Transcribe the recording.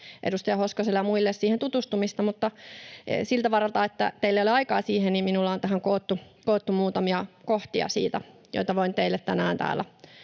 edustaja Hoskoselle ja muille siihen tutustumista. Mutta siltä varalta, että teillä ei ole aikaa siihen, minulla on tähän koottu siitä muutamia kohtia, joista voin teille tänään täällä